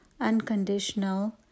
unconditional